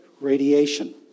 radiation